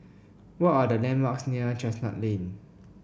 what are the landmarks near Chestnut Lane